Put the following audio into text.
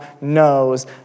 knows